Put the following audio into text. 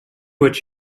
what